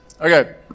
Okay